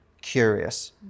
curious